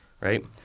right